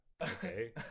okay